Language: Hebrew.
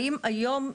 האם היום,